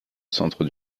centre